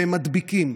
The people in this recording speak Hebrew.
והם מדביקים,